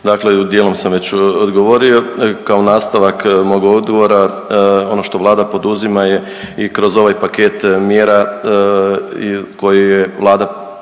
dakle dijelom sam već odgovorio, kao nastavak mog odgovora ono što vlada poduzima je i kroz ovaj paket mjera koji je vlada